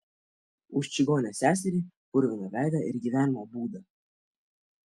už čigonę seserį purviną veidą ir gyvenimo būdą